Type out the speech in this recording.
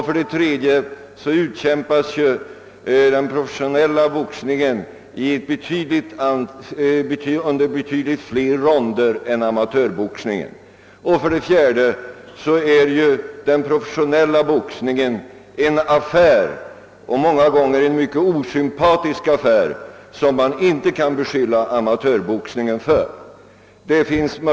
För det tredje utkämpas professionell boxning under betydligt fler ronder än amatörboxningen. För det fjärde är den professionella boxningen en många gånger mycket osympatisk affär, och man kan inte beskylla amatörboxningen för att vara någon affär.